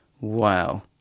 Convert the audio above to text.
Wow